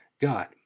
God